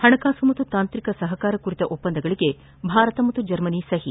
ಹಣಕಾಸು ಹಾಗೂ ತಾಂತ್ರಿಕ ಸಹಕಾರ ಕುರಿತ ಒಪ್ಸಂದಗಳಿಗೆ ಭಾರತ ಮತ್ತು ಜರ್ಮನಿ ಸಹಿ